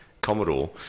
Commodore